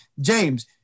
James